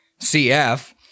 CF